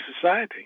society